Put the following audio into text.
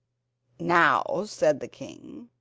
now, said the king,